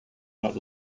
not